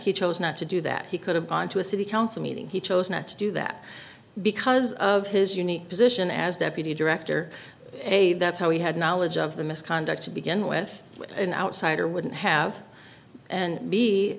he chose not to do that he could have gone to a city council meeting he chose not to do that because of his unique position as deputy director a that's how he had knowledge of the misconduct to begin with an outsider wouldn't have and be